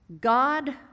God